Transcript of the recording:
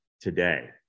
today